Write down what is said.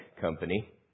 company